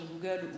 Google